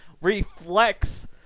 reflex